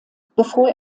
bevor